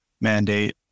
mandate